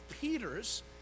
Peter's